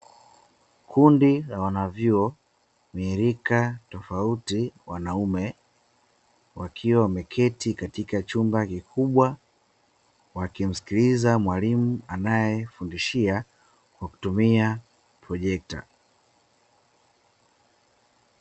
Kundi la wanavyuo wenye rika tofauti, wanaume, wakiwa wameketi kwenye chumba kikubwa, wakimsikiliza mwalimu anayefundisha kwa kutumia projekta.